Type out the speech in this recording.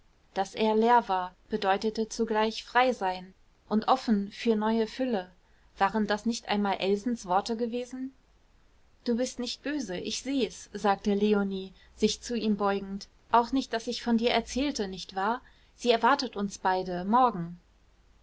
daß er leer war bedeutete zugleich frei sein und offen für neue fülle waren das nicht einmal elsens worte gewesen du bist nicht böse ich seh's sagte leonie sich zu ihm beugend auch nicht daß ich von dir erzählte nicht wahr sie erwartet uns beide morgen